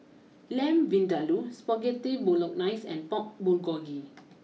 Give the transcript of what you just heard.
Lamb Vindaloo Spaghetti Bolognese and Pork Bulgogi